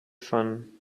fun